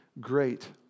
great